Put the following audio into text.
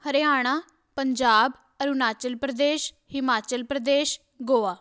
Haryana Punjab Arunachal Pradesh Himachal Pradesh Goa